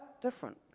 different